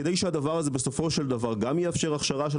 כדי שהדבר הזה בסופו של דבר יאפשר הכשרה של